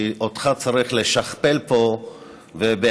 כי אותך צריך לשכפל פה בהמונים,